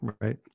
right